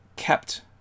kept